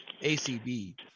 ACB